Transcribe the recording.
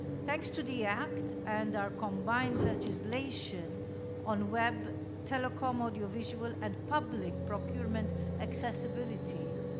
thanks to the act and our combined legislation on web telecom, audio visual and public procurement accessibility,